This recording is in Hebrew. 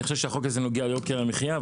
אני חושב שהחוק הזה נוגע ליוקר המחיה,